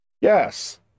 Yes